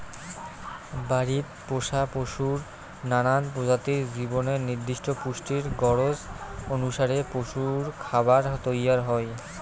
বাড়িত পোষা পশুর নানান প্রজাতির জীবনের নির্দিষ্ট পুষ্টির গরোজ অনুসারে পশুরখাবার তৈয়ার হই